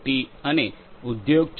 T અને ઉદ્યોગ 4